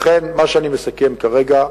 לכן, מה שאני מסכם כרגע,